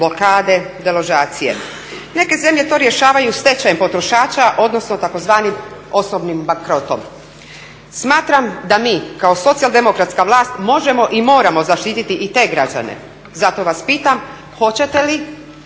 blokade, deložacije. Neke zemlje to rješavaju stečajem potrošača odnosno tzv. osobnim bankrotom. Smatram da mi kao socijaldemokratska vlast možemo i moramo zaštititi i te građane. Zato vas pitam hoćete li